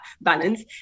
balance